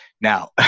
now